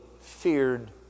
feared